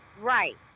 Right